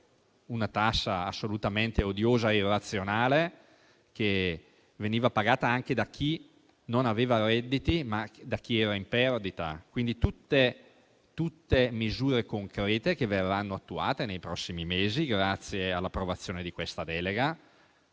tassa assolutamente odiosa e irrazionale che veniva pagata anche da chi non aveva redditi e da chi era in perdita. Solo, quindi, tutte misure concrete che verranno attuate nei prossimi mesi grazie all'approvazione di questa delega.